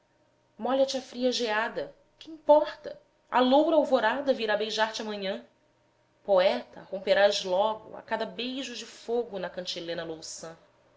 a fria geada que importa a loura alvorada virá beijar-te amanhã poeta romperás logo a cada beijo de fogo na cantilena louçã